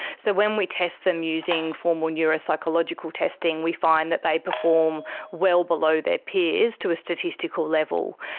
so when we test them using formal neuropsychological testing we find that they perform well below their peers to a statistical level,